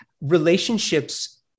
Relationships